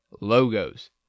logos